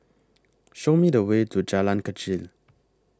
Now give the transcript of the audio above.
Show Me The Way to Jalan Kechil